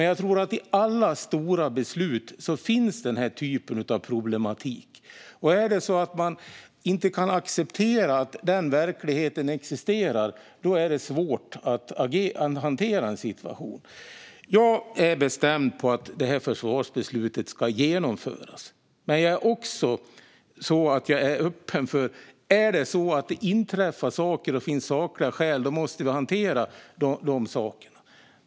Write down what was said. Jag tror att denna typ av problematik finns i alla stora beslut. Om man inte kan acceptera att den verkligheten existerar är det svårt att hantera en situation. Jag är bestämd om att försvarsbeslutet ska genomföras. Men jag är också öppen för att om något inträffar och det finns sakliga skäl måste vi hantera dem.